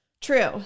True